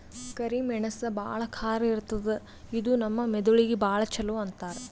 ಕರಿ ಮೆಣಸ್ ಭಾಳ್ ಖಾರ ಇರ್ತದ್ ಇದು ನಮ್ ಮೆದಳಿಗ್ ಭಾಳ್ ಛಲೋ ಅಂತಾರ್